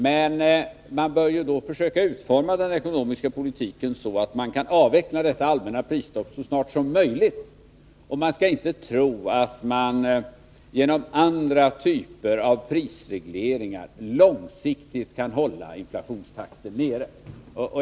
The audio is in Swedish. Men man bör då försöka utforma den ekonomiska politiken så att man kan avveckla detta allmänna prisstopp så snart som möjligt. Vi skall inte tro att man genom andra typer av prisregleringar långsiktigt kan hålla inflationstakten nere.